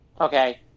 Okay